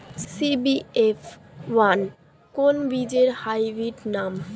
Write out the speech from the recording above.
CBF one কোন বীজের hybrid নাম?